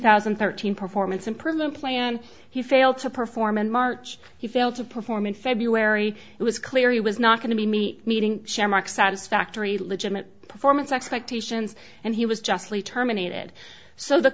thousand and thirteen performance improvement plan he failed to perform in march he failed to perform in february it was clear he was not going to be me meeting share mark satisfactory legitimate performance expectations and he was justly terminated so the